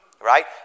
Right